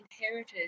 inheritors